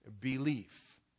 belief